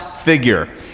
figure